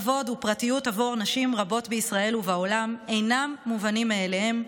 כבוד ופרטיות עבור נשים רבות בישראל ובעולם אינם מובנים מאליהם,